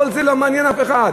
כל זה לא מעניין אף אחד.